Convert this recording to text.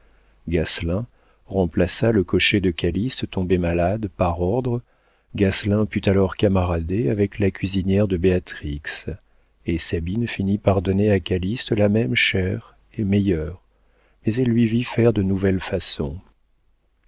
gasselin remplaça le cocher de calyste tombé malade par ordre gasselin put alors camarader avec la cuisinière de béatrix et sabine finit par donner à calyste la même chère et meilleure mais elle lui vit faire de nouvelles façons